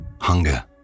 hunger